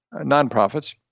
nonprofits